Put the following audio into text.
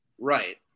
right